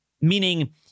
meaning